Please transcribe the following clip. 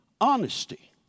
Honesty